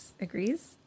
agrees